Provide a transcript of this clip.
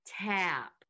tap